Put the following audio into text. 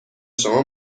شما